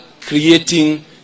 creating